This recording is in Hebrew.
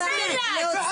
אליי.